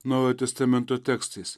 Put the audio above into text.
naujo testamento tekstais